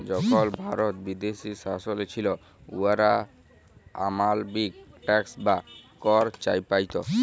যখল ভারত বিদেশী শাসলে ছিল, উয়ারা অমালবিক ট্যাক্স বা কর চাপাইত